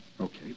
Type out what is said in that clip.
Okay